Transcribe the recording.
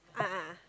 a'ah ah